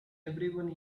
everyone